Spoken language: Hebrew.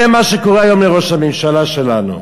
זה מה שקורה היום לראש הממשלה שלנו,